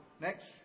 next